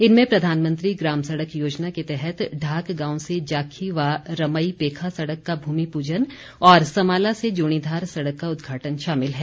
इनमें प्रधानमंत्री ग्राम सड़क योजना के तहत ढाक गांव से जाखी व रमई पेखा सड़क का भूमि पूजन और समाला से जूणीधार सड़क का उद्घाटन शामिल है